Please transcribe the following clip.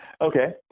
Okay